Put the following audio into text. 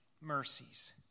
mercies